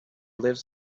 lives